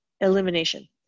elimination